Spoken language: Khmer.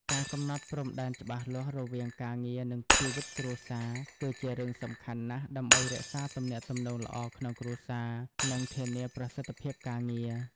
ការកំណត់ព្រំដែនច្បាស់លាស់រវាងការងារ និងជីវិតគ្រួសារ គឺជារឿងសំខាន់ណាស់ ដើម្បីរក្សាទំនាក់ទំនងល្អក្នុងគ្រួសារ និងធានាប្រសិទ្ធភាពការងារ។